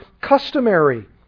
customary